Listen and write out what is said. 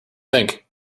think